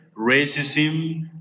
racism